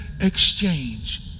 exchange